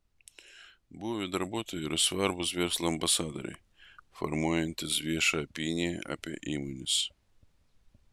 buvę darbuotojai yra svarbūs verslo ambasadoriai formuojantys viešą opiniją apie įmones